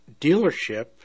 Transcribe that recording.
dealership